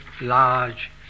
large